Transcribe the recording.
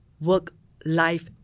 work-life